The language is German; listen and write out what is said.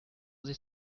sich